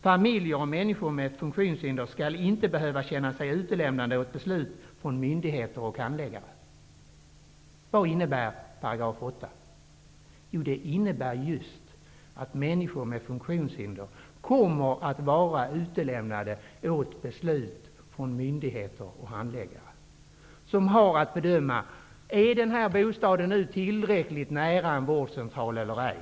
Familjer och människor med funktionshinder skall inte behöva känna sig utlämnade åt beslut från myndigheter och handläggare.'' Vad innebär § 8? Jo, just att människor med funktionshinder kommer att vara utlämnade åt beslut från myndigheter och handläggare, som har att bedöma om bostaden ligger tillräckligt nära en vårdcentral eller ej.